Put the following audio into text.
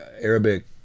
Arabic